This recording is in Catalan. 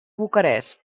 bucarest